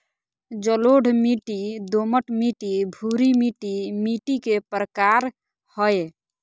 जलोढ़ मिट्टी, दोमट मिट्टी, भूरी मिट्टी मिट्टी के प्रकार हय